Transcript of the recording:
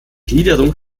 gliederung